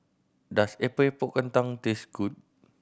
does Epok Epok Kentang taste good